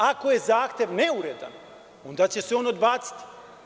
Ako je zahtev neuredan, onda će se on odbaciti.